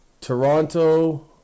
Toronto